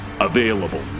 Available